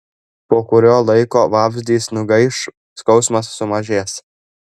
po kurio laiko vabzdys nugaiš skausmas sumažės